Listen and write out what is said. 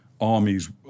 armies